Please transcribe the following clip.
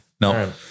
No